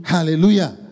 Hallelujah